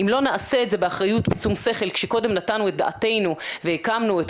אם לא נעשה את זה באחריות ושום שכל כשקודם נתנו את דעתנו והקמנו את